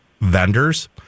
vendors